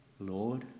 Lord